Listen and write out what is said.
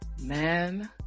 man